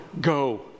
Go